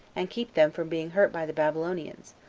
and keep them from being hurt by the babylonians,